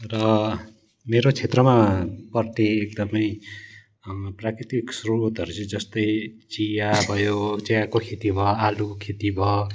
र मेरो क्षेत्रमाप्रति एकदमै प्राकृतिक श्रोतहरू चाहिँ जस्तै चिया भयो चियाको खेती भयो आलु खेती भयो